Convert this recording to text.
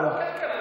כן, כן.